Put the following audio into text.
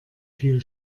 viel